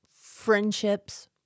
friendships